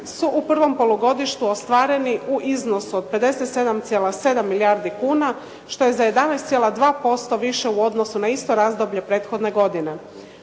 su u prvom polugodištu ostvareni u iznosu od 57,7 milijardi kuna što je za 11,2% više u odnosu na isto razdoblje prethodne godine.